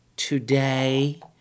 today